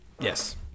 yes